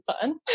fun